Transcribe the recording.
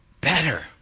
better